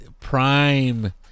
prime